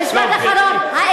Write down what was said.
משפט אחרון, לא, גברתי.